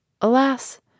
Alas